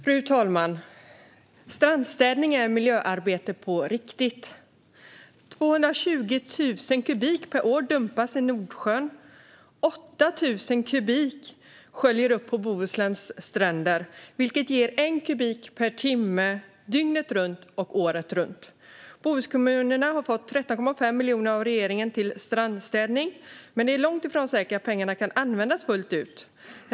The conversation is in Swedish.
Fru talman! Strandstädning är miljöarbete på riktigt. 220 000 kubikmeter per år dumpas i Nordsjön. 8 000 kubikmeter sköljer upp på Bohusläns stränder. Det är 1 kubikmeter per timme, dygnet runt, året runt. Bohuskommunerna har fått 13,5 miljoner av regeringen till strandstädning, men det är långt ifrån säkert att pengarna kan användas fullt ut.